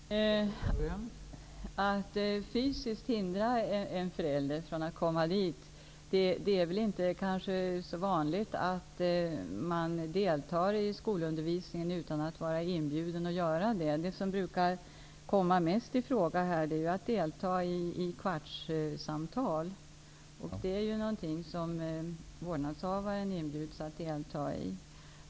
Fru talman! På Ulf Erikssons fråga om man fysiskt kan hindra en förälder från att komma till skolan vill jag svara att det väl inte är så vanligt att man deltar i skolundervisningen utan att vara inbjuden. Det som brukar mest komma i fråga är att delta i kvartssamtal. Det är någonting som vårdnadshavaren inbjuds att delta i.